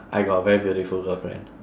I got a very beautiful girlfriend